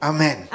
Amen